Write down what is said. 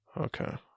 Okay